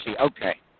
Okay